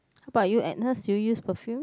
how about you Agnes do you use perfume